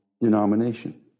denomination